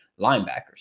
linebackers